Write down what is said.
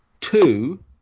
Two